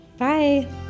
Bye